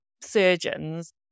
surgeons